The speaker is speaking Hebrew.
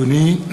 תודה, אדוני.